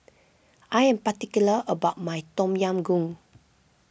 I am particular about my Tom Yam Goong